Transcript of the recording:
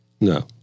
No